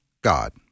God